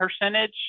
percentage